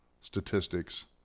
statistics